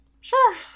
Sure